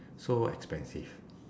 so expensive